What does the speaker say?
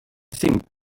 think